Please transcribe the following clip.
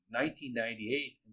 1998